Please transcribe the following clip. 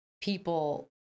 people